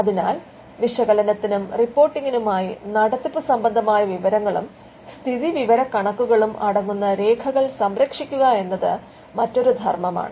അതിനാൽ വിശകലനത്തിനും റിപ്പോർട്ടിംഗിനുമായി നടത്തിപ്പ് സംബന്ധമായ വിവരങ്ങളും സ്ഥിതി വിവരക്കണക്കുകളും അടങ്ങുന്ന രേഖകൾ സംരക്ഷിക്കുക എന്നത് മറ്റൊരു ധർമ്മമാണ്